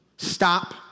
Stop